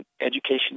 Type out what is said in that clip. education